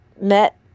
met